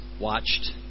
watched